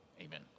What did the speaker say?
Amen